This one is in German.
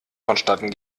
vonstatten